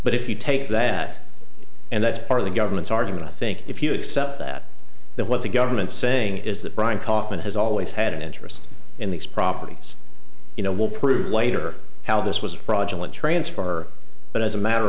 but if you take that and that's part of the government's argument i think if you accept that that what the government saying is that brian kaufman has always had an interest in these properties you know will prove later how this was a fraudulent transfer but as a matter